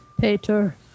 Peter